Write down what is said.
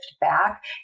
back